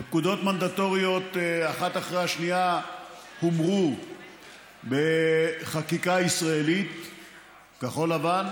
ופקודות מנדטוריות אחת אחרי השנייה הומרו בחקיקה ישראלית כחול-לבן,